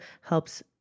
helps